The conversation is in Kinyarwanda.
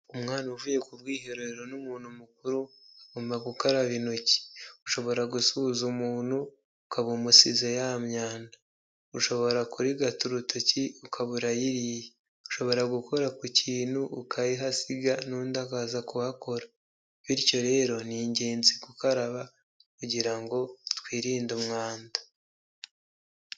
Umwana uvuye ku bwiherero n'umuntu mukuru, bagomba gukaraba intoki, ushobora gusuhuza umuntu ukaba umusize ya myanda, ushobora kurigata urutoki ukaba urayiriye ushobora gukora ku kintu ukayihasiga, n'undi akaza kuhakora bityo rero ni ingenzi gukaraba kugira ngo twirinde umwanda.